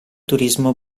turismo